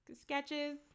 sketches